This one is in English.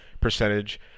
percentage